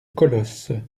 colosse